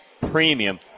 premium